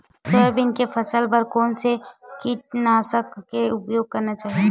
Soybean के फसल बर कोन से कीटनाशक के उपयोग करना चाहि?